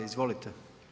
Izvolite.